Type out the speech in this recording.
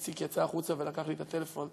איציק יצא החוצה ולקח לי את הטלפון.